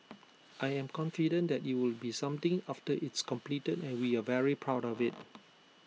I'm confident that IT will be something after it's completed and we are very proud of IT